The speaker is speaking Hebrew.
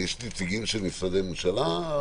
אני